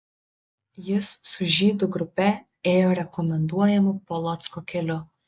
jis su žydų grupe ėjo rekomenduojamu polocko keliu